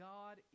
God